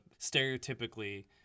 stereotypically